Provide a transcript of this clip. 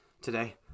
today